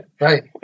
right